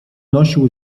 nosił